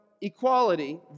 equality